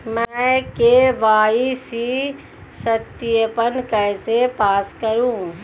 मैं के.वाई.सी सत्यापन कैसे पास करूँ?